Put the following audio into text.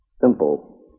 Simple